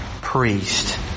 Priest